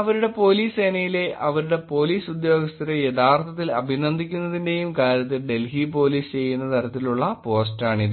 അവരുടെ പോലീസ് സേനയിലെ അവരുടെ പോലീസ് ഉദ്യോഗസ്ഥരെ യഥാർത്ഥത്തിൽ അഭിനന്ദിക്കുന്നതിന്റെയും കാര്യത്തിൽ ഡൽഹി പോലീസ് ചെയ്യുന്ന തരത്തിലുള്ള പോസ്റ്റാണിത്